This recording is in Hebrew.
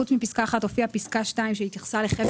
חוץ מפסקה (1) הופיעה פסקה (2) שהתייחסה לחבר